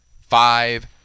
Five